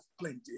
plenty